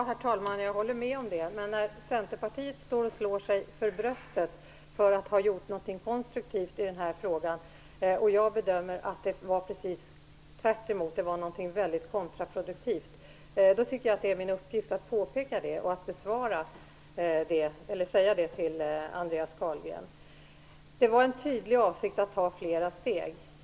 Herr talman! Jag håller med om det. Men när Centerpartiet slår sig för bröstet för att ha gjort någonting konstruktivt i frågan och jag bedömer att det var precis tvärtom, att det var någonting väldigt kontraproduktivt, då tycker jag att det är min uppgfift att påpeka det och att också säga det till Andreas Det var en tydlig avsikt att ta flera steg.